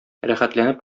рәхәтләнеп